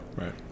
Right